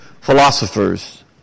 philosophers